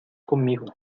conmigo